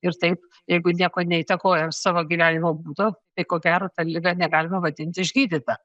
ir taip jeigu nieko neįtakojam savo gyvenimo būdo tai ko gero tą ligą negalima vadinti išgydyta